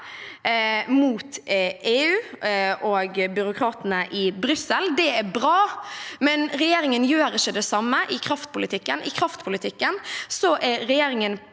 mot EU og byråkratene i Brussel. Det er bra, men regjeringen gjør ikke det samme i kraftpolitikken. I kraftpolitikken er regjeringen